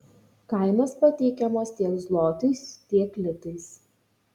kainos pateikiamos tiek zlotais tiek litais